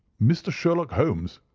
mr. sherlock holmes,